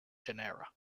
genera